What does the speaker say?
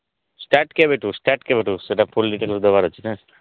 start କେବେଠୁ start କେବେଠୁ ସେଇଟା ଫୁଲ୍ ଡିଟେଲଟା ଦେବାର ଅଛି ନା